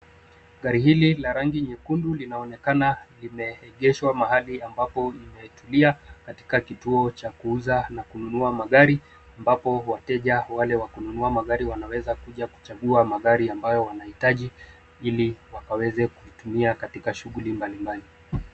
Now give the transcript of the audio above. Gari hili la rangi nyekundu linaonekana limeegeshwa mahali ambapo imetulia katika kituo cha kuuza na kununua magari ambapo wateja wale wakununua magari wanaweza kuchagua magari ambayo wanaitaji ili wakaweze kuitumia katika shughuli mbalimbali.